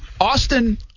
Austin